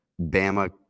Bama